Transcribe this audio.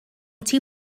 two